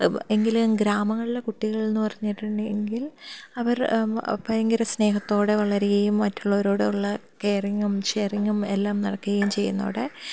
എങ്കിലും ഗ്രാമങ്ങളിലെ കുട്ടികളെന്ന് പറഞ്ഞിട്ടുണ്ടെങ്കിൽ അവർ ഭയങ്കര സ്നേഹത്തോടെ വളരുകയും മറ്റുള്ളവരോടുള്ള കെയറിങ്ങും ഷെയറിങ്ങും എല്ലാം നടക്കുകയും ചെയ്യുന്നതോടെ